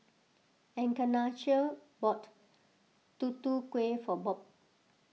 Encarnacion bought Tutu Kueh for Bob